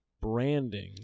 branding